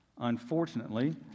Unfortunately